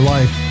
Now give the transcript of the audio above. Life